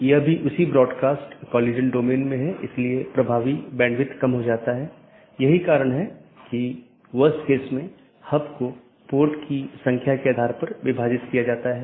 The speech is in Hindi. अब मैं कैसे एक मार्ग को परिभाषित करता हूं यह AS के एक सेट द्वारा परिभाषित किया गया है और AS को मार्ग मापदंडों के एक सेट द्वारा तथा गंतव्य जहां यह जाएगा द्वारा परिभाषित किया जाता है